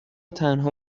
تنها